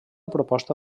proposta